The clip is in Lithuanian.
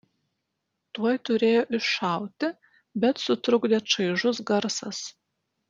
tuoj turėjo iššauti bet sutrukdė čaižus garsas